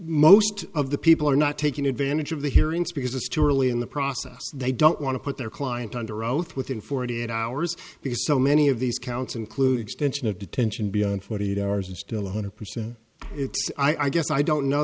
most of the people are not taking advantage of the hearings because it's too early in the process they don't want to put their client under oath within forty eight hours because so many of these counts includes tension of detention beyond forty eight hours and still one hundred percent i guess i don't know